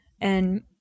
and-